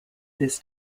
this